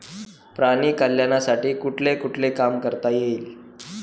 प्राणी कल्याणासाठी कुठले कुठले काम करता येईल?